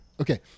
Okay